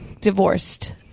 divorced